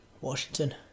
Washington